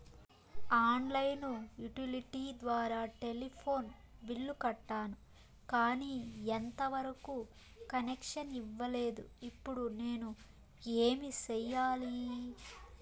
On line utility ద్వారా telephone bill కట్టాను, కానీ ఎంత వరకు కనెక్షన్ ఇవ్వలేదు, ఇప్పుడు నేను ఏమి సెయ్యాలి?